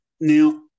Now